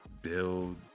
build